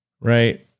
Right